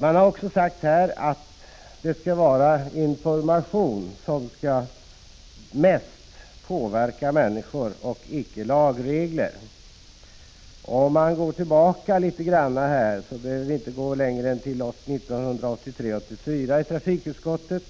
Man har också sagt att det framför allt skall vara information, icke lagregler, som skall påverka människor. Inte längre tillbaka än vid riksmötet 1983/84 behandlades i trafikutskottet